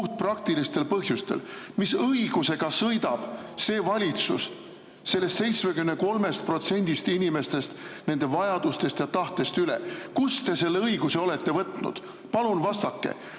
puhtpraktilistel põhjustel. Mis õigusega sõidab see valitsus üle 73% inimestest ning nende vajadustest ja tahtest? Kust te selle õiguse olete võtnud? Palun vastake,